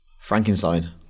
Frankenstein